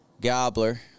gobbler